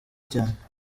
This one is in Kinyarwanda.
cyane